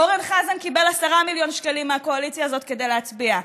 אורן חזן קיבל 10 מיליון שקלים מהקואליציה הזאת כדי להצביע,